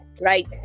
right